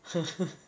hehe